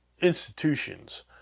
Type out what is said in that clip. institutions